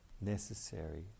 necessary